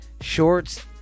shorts